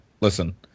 Listen